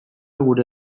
gure